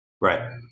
Right